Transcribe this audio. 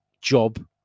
job